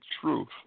truth